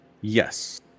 Yes